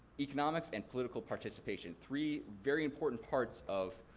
economics, and political participation. three very important parts of